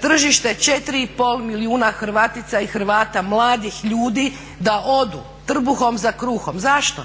tržište 4,5 milijuna Hrvatica i Hrvata mladih ljudi da odu trbuhom za kruhom. Zašto?